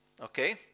okay